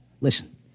Listen